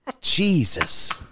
Jesus